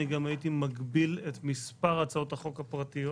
גם הייתי מגביל את מספר הצעות החוק הפרטיות